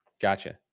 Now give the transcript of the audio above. Gotcha